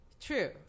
True